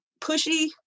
pushy